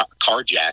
carjacked